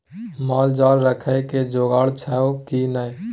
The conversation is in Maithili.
माल जाल राखय के जोगाड़ छौ की नै